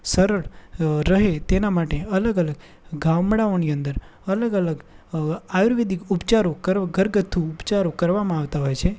સરળ રહે તેના માટે અલગ અલગ ગામડાઓની અંદર અલગ અલગ આયુર્વેદિક ઉપચારો કરવ ઘરગથ્થું ઉપચારો કરવામાં આવતા હોય છે